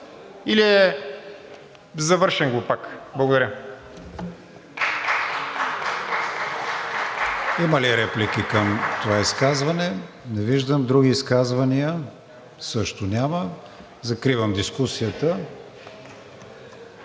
или е завършен глупак. Благодаря.